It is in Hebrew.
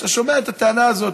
כשאתה שומע את הטענה הזאת,